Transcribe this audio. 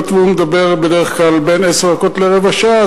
היות שהוא מדבר בדרך כלל בין עשר דקות לרבע שעה,